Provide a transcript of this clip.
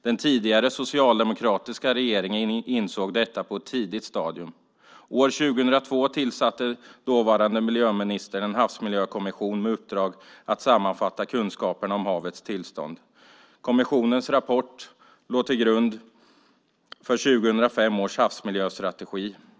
Den tidigare, socialdemokratiska regeringen insåg detta på ett tidigt stadium. År 2002 tillsatte den dåvarande miljöministern en havsmiljökommission med uppdrag att sammanfatta kunskaperna om havets tillstånd. Kommissionens rapport låg till grund för 2005 års havsmiljöstrategi.